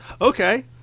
okay